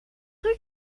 rue